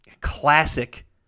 classic